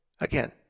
again